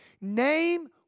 Name